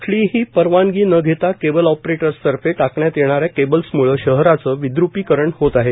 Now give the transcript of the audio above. कुठलीही परवानगी न घेता केबल ऑपरेटर्सर्फे टाकण्यात येणाऱ्या केबल्समूळे शहराचे विद्रपीकरण होत आहे